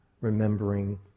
remembering